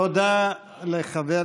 תודה לחבר